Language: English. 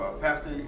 Pastor